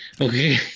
Okay